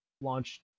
launched